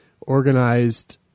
organized